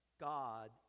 God